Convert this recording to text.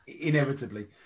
inevitably